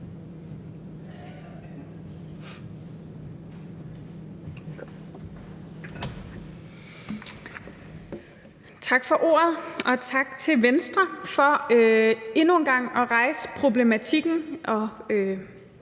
Tak for ordet, og tak til Venstre for endnu en gang at rejse problematikken og,